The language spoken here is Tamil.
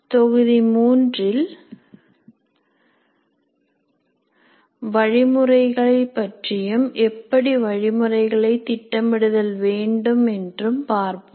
தொகுதி மூன்றில் வழிமுறைகளைப் பற்றியும் எப்படி வழிமுறைகளை திட்டமிடுதல் வேண்டும் என்றும் பார்ப்போம்